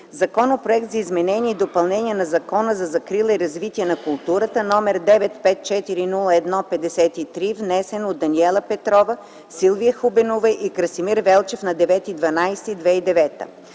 Законопроект за изменение и допълнение на Закона за закрила и развитие на културата, № 954-01-53, внесен от Даниела Петрова, Силвия Хубенова и Красимир Велчев на 9